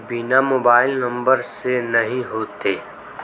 बिना mobile number से नहीं होते?